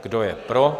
Kdo je pro?